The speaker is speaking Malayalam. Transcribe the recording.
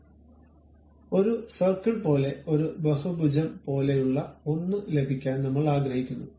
അതിനായി ഒരു സർക്കിൾ പോലെ ഒരു ബഹുഭുജം പോലെയുള്ള ഒന്ന് ലഭിക്കാൻ നമ്മൾ ആഗ്രഹിക്കുന്നു